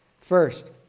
First